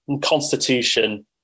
Constitution